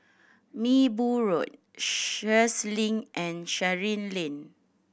Minbu Road Sheares Link and Chancery Lane